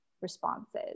responses